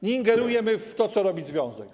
Nie ingerujemy w to, co robi związek.